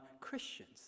Christians